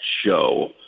show